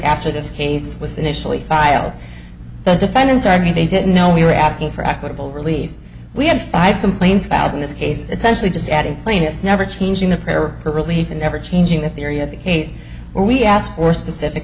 after this case was initially filed the defendants i mean they didn't know we were asking for equitable relief we had five complaints filed in this case essentially just adding plaintiffs never changing the prayer for relief and ever changing the theory of the case where we asked for specific